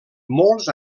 molts